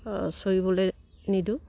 চৰিবলে নিদিওঁ